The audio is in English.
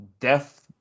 death